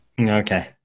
Okay